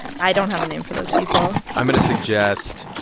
i don't have a name for those people i'm going to suggest.